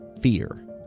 Fear